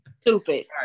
Stupid